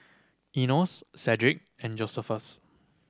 Enos Shedrick and Josephus